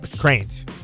Cranes